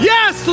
Yes